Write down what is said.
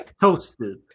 Toasted